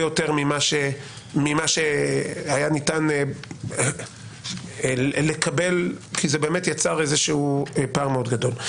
יותר ממה שהיה ניתן לקבל כי זה באמת יצר איזשהו פער מאוד גדול.